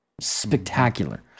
spectacular